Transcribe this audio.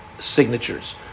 signatures